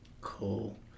Cool